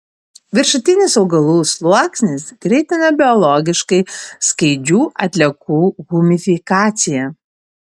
viršutinis augalų sluoksnis greitina biologiškai skaidžių atliekų humifikaciją